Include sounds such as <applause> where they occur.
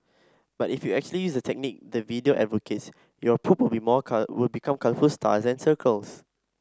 but if you actually use the technique the video advocates your poop will be more <unintelligible> will become colourful stars and circles